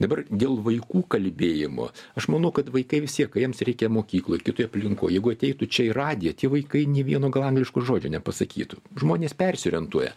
dabar dėl vaikų kalbėjimo aš manau kad vaikai vistiek kai jiems reikia mokykloj kitoje aplinkoj jeigu ateitų čia į radiją tie vaikai nė vieno gal angliško žodžio nepasakytų žmonės persiorientuoja